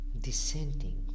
descending